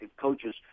coaches